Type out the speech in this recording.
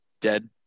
dead